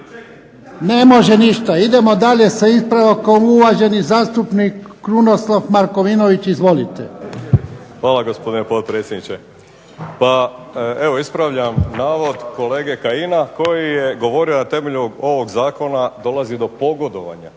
Ne može ništa. Idemo dalje s ispravkom. Uvaženi zastupnik Krunoslav Markovinović, izvolite. **Markovinović, Krunoslav (HDZ)** Hvala, gospodine potpredsjedniče. Evo ispravljam navod kolege Kajina koji je govorio na temelju ovog zakona dolazi do pogodovanja,